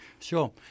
Sure